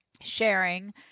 sharing